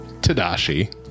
Tadashi